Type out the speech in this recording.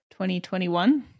2021